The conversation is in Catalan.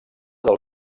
del